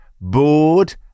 bored